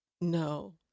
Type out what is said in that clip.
no